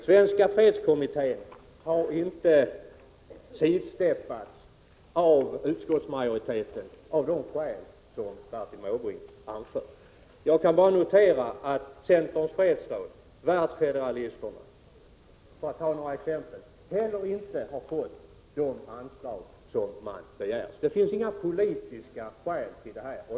Svenska fredskommittén har inte sidsteppats av utskottsmajoriteten av de skäl som Bertil Måbrink anför. Jag kan bara notera att Centerns fredsråd och Världsfederalisterna, för att ta ett par exempel, heller inte har fått de anslag som de begärt. Det finns inga politiska skäl till att ansökningarna har avslagits.